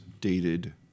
dated